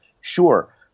Sure